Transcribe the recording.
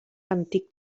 antic